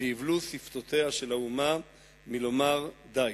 ויבלו שפתותיה של האומה מלומר די.